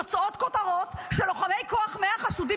יוצאות כותרות שלוחמי כוח 100 חשודים